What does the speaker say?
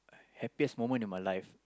happiest moment in my life